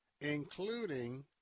including